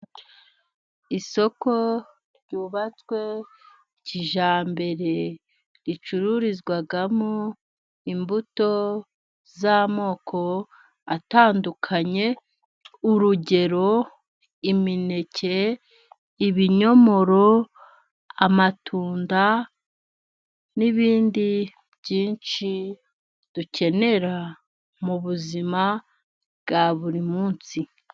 Isoko ryubatswe kijyambere ricururizwamo imbuto z'amoko atandukanye, urugero: imineke, ibinyomoro, amatunda n'ibindi byinshi dukenera mu buzima bwa buri munsi.